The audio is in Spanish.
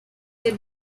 del